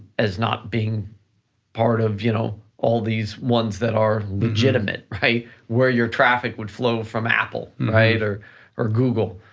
as not being part of you know all these ones that are legitimate, right? where your traffic would flow from apple, right, or or google.